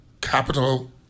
capital